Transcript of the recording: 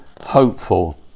hopeful